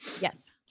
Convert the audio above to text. Yes